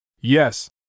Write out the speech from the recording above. Yes